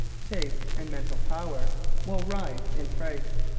taste, and mental power will rise in price.